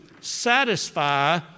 satisfy